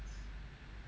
mm